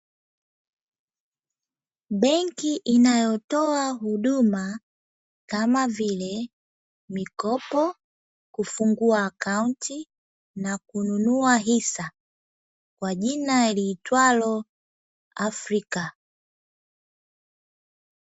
Benki inayotoa huduma kama vile ;Mikopo , kufungua akaunti na kununua hisa kwa jina liitwalo "AFRICA".